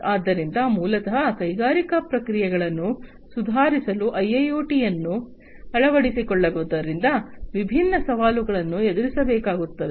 ಆದ್ದರಿಂದ ಮೂಲತಃ ಕೈಗಾರಿಕಾ ಪ್ರಕ್ರಿಯೆಗಳನ್ನು ಸುಧಾರಿಸಲು ಐಐಒಟಿಯನ್ನು ಅನ್ನು ಅಳವಡಿಸಿಕೊಳ್ಳುವುದರಿಂದ ವಿಭಿನ್ನ ಸವಾಲುಗಳನ್ನು ಎದುರಿಸಬೇಕಾಗುತ್ತದೆ